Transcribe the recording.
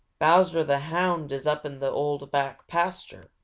bowser the hound is up in the old back pasture,